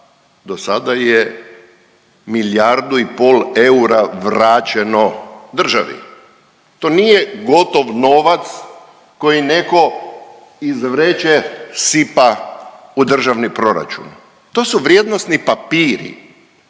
do sada je milijardu i pol eura vraćeno državi. To nije gotov novac koji netko iz vreće sipa u državni proračun. To su vrijednosni papiri,